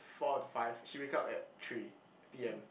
four to five she wake up at three P_M